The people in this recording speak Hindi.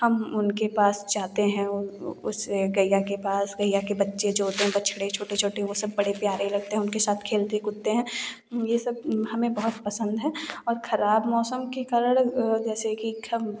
हम उनके पास जाते हैं उसे गैया के पास गैया के बच्चे जो होते हैं बछड़े छोटे छोटे वह सब बड़े प्यारे लगते हैं उनके साथ खेलते कूदते हैं यह सब हमें बहुत पसंद है और खराब मौसम के कारण जैसे की